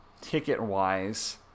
ticket-wise